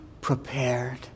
prepared